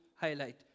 highlight